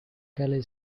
kelly